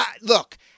Look